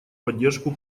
поддержку